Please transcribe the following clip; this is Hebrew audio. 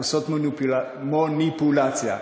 עושות מוניפולציה.